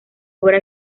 obra